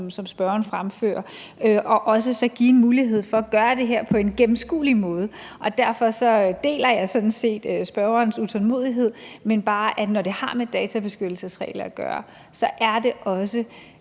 som spørgeren fremfører, og så også give mulighed for at gøre det her på en gennemskuelig måde. Derfor deler jeg sådan set spørgerens utålmodighed, men må bare sige, at når det har med databeskyttelsesregler at gøre, er det også